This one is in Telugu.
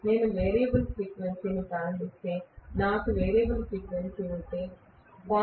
నేను వేరియబుల్ ఫ్రీక్వెన్సీని ప్రారంభిస్తే నాకు వేరియబుల్ ఫ్రీక్వెన్సీ ఉంటే 0